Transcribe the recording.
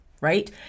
right